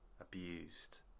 abused